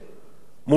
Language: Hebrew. מול העולם?